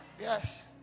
Yes